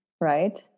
right